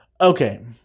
Okay